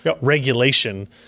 regulation